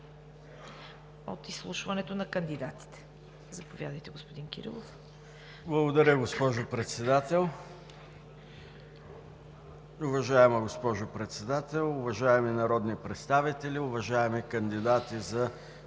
на изслушването на кандидатите. Заповядайте, господин Кирилов. ДОКЛАДЧИК ДАНАИЛ КИРИЛОВ: Благодаря, госпожо Председател. Уважаема госпожо Председател, уважаеми народни представители, уважаеми кандидати за